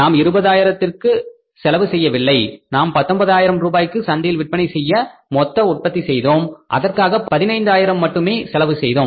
நாம் 20 ஆயிரத்தை செலவு செய்யவில்லை நாம் 19 ஆயிரம் ரூபாய்க்கு சந்தையில் விற்பனை செய்ய மொத்த உற்பத்தி செய்தோம் அதற்காக 15 ஆயிரம் மட்டுமே செலவு செய்தோம்